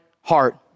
heart